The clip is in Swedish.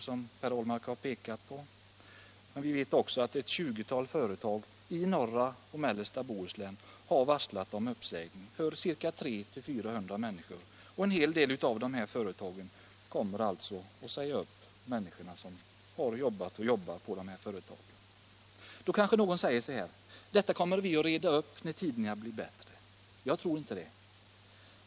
Det har Per Ahlmark redan pekat på. Likaså har vi ett tjugotal företag i norra och mellersta Bohuslän som har varslat om uppsägning för 300-400 människor. En hel del av de företagen kommer också att säga upp de anställda, som har arbetat vid företagen och arbetar där i dag. Då kanske någon säger: Ja, men detta kommer vi att reda upp när tiderna blir bättre. Jag tror inte det.